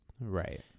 right